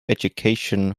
education